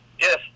Yes